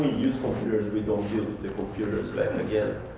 use computers, we don't build the computers back again.